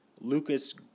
Lucas